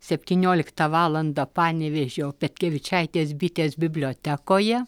septynioliktą valandą panevėžio petkevičaitės bitės bibliotekoje